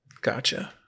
Gotcha